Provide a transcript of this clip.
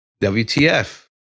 wtf